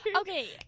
Okay